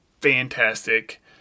fantastic